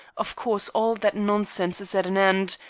of course all that nonsense is at an end,